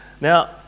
now